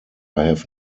have